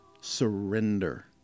Surrender